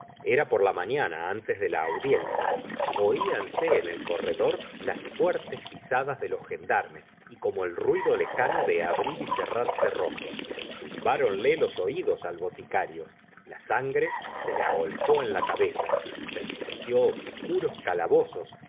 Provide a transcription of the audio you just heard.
era por la mañana antes de la audiencia oianse en el corredor las fuertes pisadas de los gendarmes y como el ruido lejano de abrir y cerrar cerrojos zumbáronle los oídos al boticario la sangre se le agolpó en la cabeza presintió obscuros calabozos